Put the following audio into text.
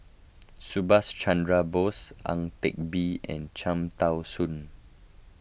Subhas Chandra Bose Ang Teck Bee and Cham Tao Soon